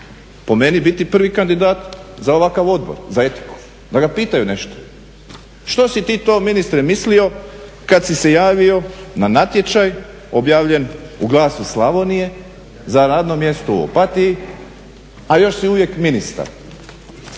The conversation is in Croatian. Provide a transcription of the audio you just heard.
po meni biti prvi kandidat za ovakav Odbor za etiku da ga pitaju nešto. Što si ti to ministre mislio kada si se javio na natječaj objavljen u Glasu Slavonije za radno mjesto u Opatiji, a još uvijek si ministar,